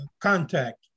contact